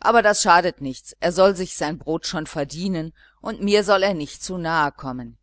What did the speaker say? aber das schadet nichts er soll sich sein brot schon verdienen und mir soll er nicht zu nahe kommen